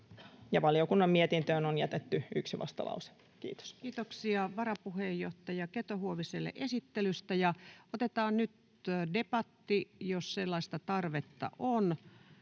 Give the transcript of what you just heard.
Valiokunnan mietintöön on jätetty yksi vastalause. — Kiitos. Kiitoksia varapuheenjohtaja Keto-Huoviselle esittelystä. — Otetaan nyt debatti, jos sellaista tarvetta on.